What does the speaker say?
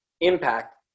impact